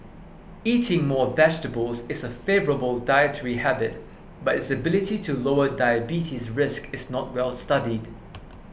eating more vegetables is a favourable dietary habit but its ability to lower diabetes risk is not well studied